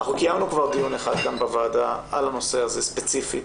אנחנו קיימנו כבר דיון אחד בוועדה על הנושא הזה ספציפית,